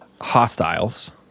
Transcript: hostiles